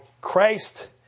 Christ